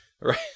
Right